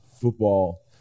football